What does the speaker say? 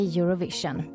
Eurovision